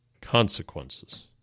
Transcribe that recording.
consequences